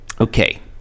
Okay